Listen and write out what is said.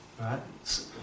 right